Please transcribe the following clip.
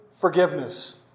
forgiveness